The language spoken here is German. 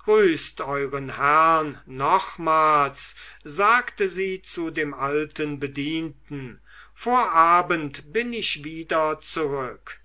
grüßt euren herrn nochmals sagte sie zu dem alten bedienten vor abend bin ich wieder zurück